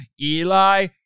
Eli